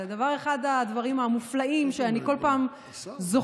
זה אחד הדברים המופלאים שאני כל פעם זוכה